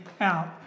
out